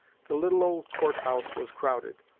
the little old court-house was crowded.